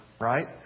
right